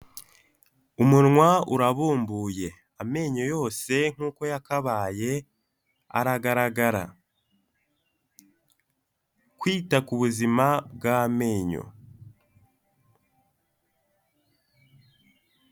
Umunwa urabumbuye amenyo yose nkuko yakabaye aragaragara. Kwita ku buzima bw'amenyo.